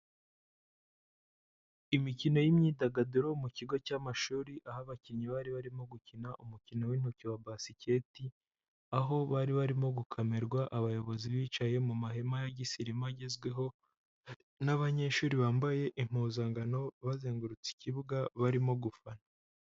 Imikino y'imyidagaduro mu kigo cy'amashuri aho abakinnyi bari barimo gukina umukino w'intoki wa basiketi, aho bari barimo gukamerwa, abayobozi bicaye mu mahema ya gisirima agezweho, n'abanyeshuri bambaye impuzankano bazengurutse ikibuga, barimo gufana.